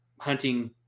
hunting